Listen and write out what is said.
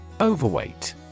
Overweight